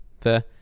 fair